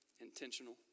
intentional